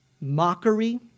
Mockery